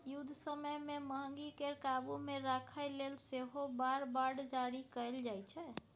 युद्ध समय मे महगीकेँ काबु मे राखय लेल सेहो वॉर बॉड जारी कएल जाइ छै